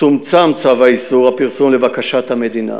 צומצם צו איסור הפרסום לבקשת המדינה